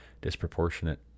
disproportionate